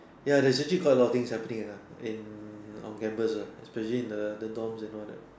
ya that's actually quite a lot of things happening uh in on campus uh especially in the dorms and all that